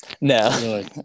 No